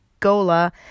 gola